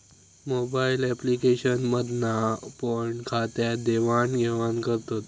mobile application मधना पण खात्यात देवाण घेवान करतत